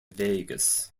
vegas